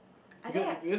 I think I